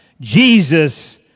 Jesus